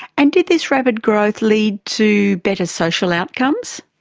and did this rapid growth lead to better social outcomes?